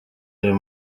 ayo